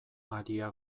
aria